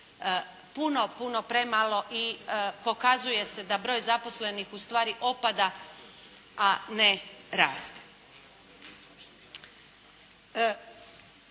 uvijek puno premalo i pokazuje se da broj zaposlenih ustvari opada a ne raste.